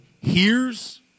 hears